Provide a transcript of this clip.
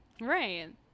right